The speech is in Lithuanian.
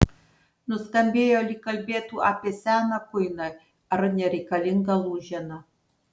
nuskambėjo lyg kalbėtų apie seną kuiną ar nereikalingą lūženą